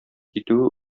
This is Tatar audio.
китүе